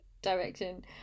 direction